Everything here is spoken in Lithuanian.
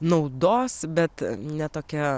naudos bet ne tokia